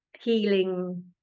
healing